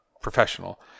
professional